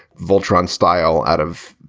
voltron style out of,